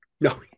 no